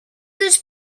use